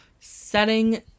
Setting